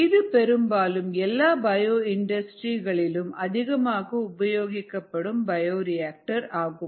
இது பெரும்பாலும் எல்லா பயோ இண்டஸ்ட்ரி களிலும் அதிகமாக உபயோகிக்கப்படும் பயோரியாக்டர் ஆகும்